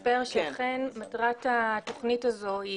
שאכן מטרת התכנית הזאת היא